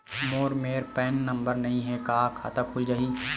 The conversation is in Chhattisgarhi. मोर मेर पैन नंबर नई हे का खाता खुल जाही?